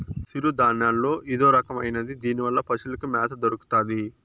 సిరుధాన్యాల్లో ఇదొరకమైనది దీనివల్ల పశులకి మ్యాత దొరుకుతాది